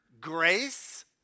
Grace